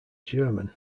german